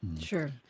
Sure